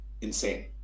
insane